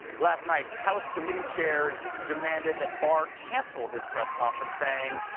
last night house committee chairs demanded that barr cancel his press conference, saying,